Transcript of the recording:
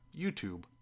YouTube